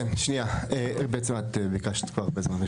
כן שניה, בעצם ביקשת כבר הרבה זמן.